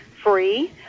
free